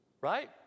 Right